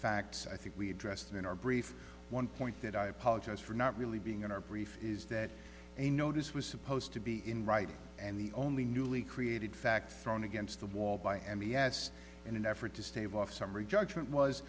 facts i think we addressed in our brief one point that i apologize for not really being in our brief is that a notice was supposed to be in writing and the only newly created fact thrown against the wall by m p s in an effort to stave off summary judgment was